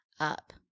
up